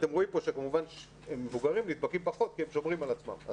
אתם רואים פה שכמובן מבוגרים נדבקים פחות כי הם שומרים על עצמם.